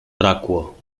brakło